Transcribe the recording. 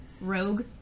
Rogue